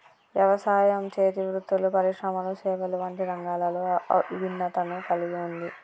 యవసాయం, చేతి వృత్తులు పరిశ్రమలు సేవలు వంటి రంగాలలో ఇభిన్నతను కల్గి ఉంది